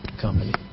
company